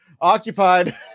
occupied